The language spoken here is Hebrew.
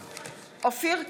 בעד אופיר כץ,